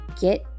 get